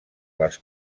les